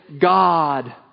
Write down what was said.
God